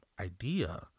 idea